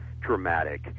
dramatic